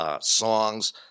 Songs